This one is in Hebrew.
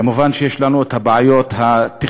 מובן שיש לנו בעיות תכנוניות